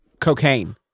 cocaine